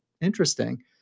interesting